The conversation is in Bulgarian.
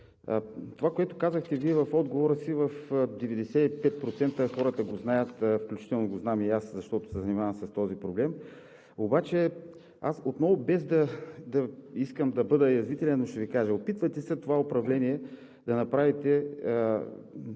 Това, което казахте Вие в отговора си, 95% хората го знаят, включително го знам и аз, защото се занимавам с този проблем. Аз обаче отново, без да искам да бъда язвителен, ще Ви кажа: опитвате се – това управление, да направите